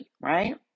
Right